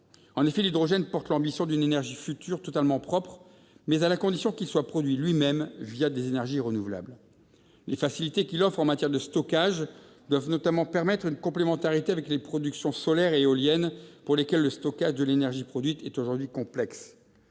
En l'effet, l'hydrogène porte l'ambition d'une énergie future totalement propre, mais à la condition qu'il soit produit lui-même, des énergies renouvelables. Les facilités qu'il offre en matière de stockage doivent notamment permettre une complémentarité avec le solaire et l'éolien, le stockage de l'énergie produite par ces moyens étant aujourd'hui complexe.